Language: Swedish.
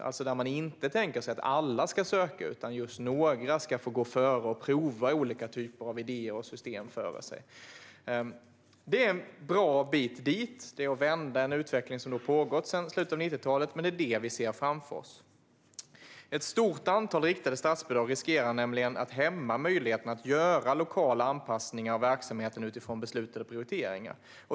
Dem tänker man sig inte att alla ska söka, utan några ska få gå före och prova olika typer av idéer och system. Det är en bra bit dit. Det är fråga om att vända en utveckling som har pågått sedan slutet av 90-talet, men det är det vi ser framför oss. Ett stort antal riktade statsbidrag riskerar nämligen att hämma möjligheten att göra lokala anpassningar av verksamheten utifrån beslutade prioriteringar.